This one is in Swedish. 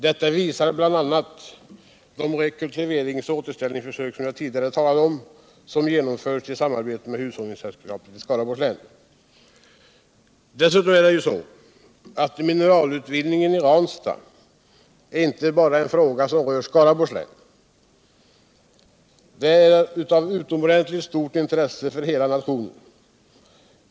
Detta visar bl.a. de rekultiverings och återställningsförsök som jag tidigare talade om och som genomförts i samarbete med hushållningssällskapet i Skaraborg. Dessutom är det så att mineralutvinningen i Ranstad är en fråga som berör inte bara Skaraborgs län. Den är av ett utomordentligt stort intresse för hela nationen.